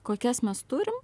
kokias mes turim